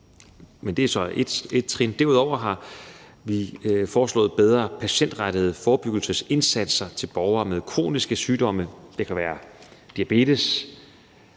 Men det er så et trin. Derudover har vi foreslået bedre patientrettede forebyggelsesindsatser til borgere med kroniske sygdomme. Det kan være diabetes,